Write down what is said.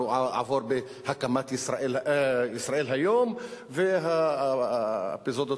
עבור בהקמת "ישראל היום" והאפיזודות